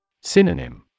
Synonym